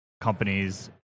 companies